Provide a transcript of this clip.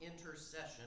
intercession